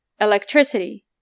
electricity